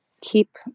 keep